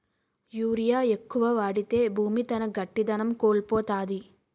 urea ఎక్కువ వాడితే భూమి తన గట్టిదనం కోల్పోతాది